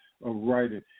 writing